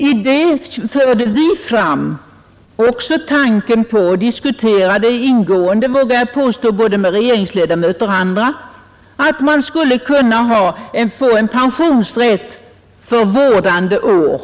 I det förde vi fram också tanken på och diskuterade ingående — vågar jag säga — både med regeringsledamöter och med andra att man skulle kunna få pensionsrätt för vårdande år.